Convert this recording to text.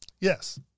Yes